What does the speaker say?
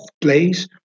place